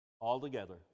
altogether